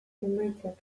emaitzak